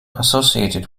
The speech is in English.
associated